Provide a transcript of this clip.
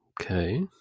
Okay